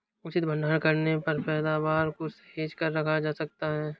उचित भंडारण करने पर पैदावार को सहेज कर रखा जा सकता है